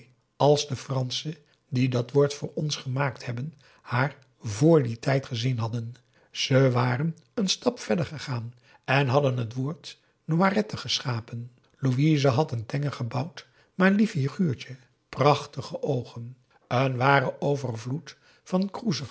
als de franschen die dat woord voor ons gemaakt hebben haar vr dien tijd gezien hadden ze waren een stap verder gegaan en hadden het woord n o i r e t t e geschapen louise had een tenger gebouwd maar lief figuurtje prachtige oogen een waren overvloed van